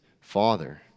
father